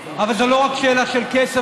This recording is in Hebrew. אבל זו לא רק שאלה של כסף,